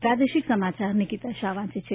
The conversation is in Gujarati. પ્રાદેશિક સમાચાર નિકીતા શાહ વાંચે છે